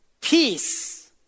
peace